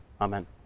Amen